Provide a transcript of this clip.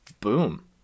Boom